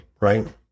right